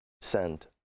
send